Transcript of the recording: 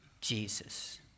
jesus